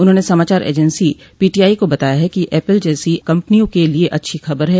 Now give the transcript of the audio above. उन्होंने समाचार agency PTI को बताया कि यह ऐपल जैसी कंपनियों के लिए अच्छी खबर है